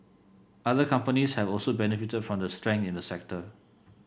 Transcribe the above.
other companies have also benefited from the strength in the sector